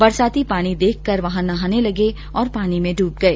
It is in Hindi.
बरसाती पानी देखकर वहां नहाने लगे और पानी में डूब गए